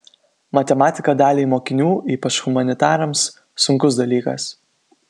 matematika daliai mokinių ypač humanitarams sunkus dalykas